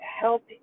help